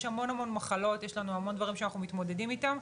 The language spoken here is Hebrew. יש המון מחלות והמון דברים שאנחנו מתמודדים איתם,